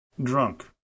drunk